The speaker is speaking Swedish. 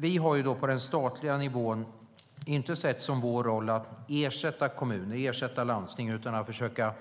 Vi har på den statliga nivån inte sett som vår roll att ersätta kommuner eller landsting utan försöka